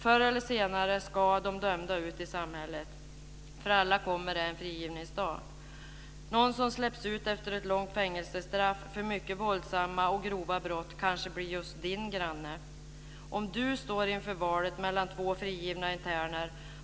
Förr eller senare ska de dömda ut i samhället. För alla kommer det en frigivningsdag. Någon som släpps ut efter ett långt fängelsestraff för mycket våldsamma och grova brott kanske blir just din granne. Vem skulle du välja som granne om du stod inför valet mellan två frigivna interner?